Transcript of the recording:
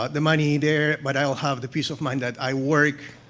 ah the money there, but i will have the peace of mind that i work,